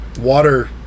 water